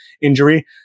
injury